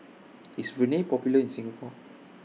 IS Rene Popular in Singapore